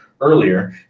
earlier